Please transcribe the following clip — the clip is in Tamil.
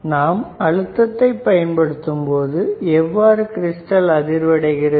நாம் அழுத்தத்தை பயன்படுத்தும் போது எவ்வாறு கிரிஸ்டல் அதிர்வு அடைகிறது